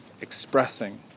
expressing